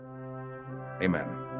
Amen